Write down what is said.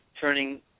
turning